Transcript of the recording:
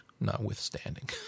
notwithstanding